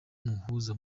muhuza